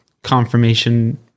Confirmation